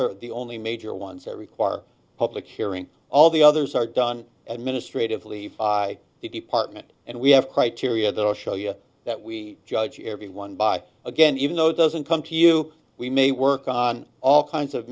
are the only major ones that require public hearing all the others are done administratively fi the department and we have criteria that will show you that we judge everyone by again even though it doesn't come to you we may work on all kinds of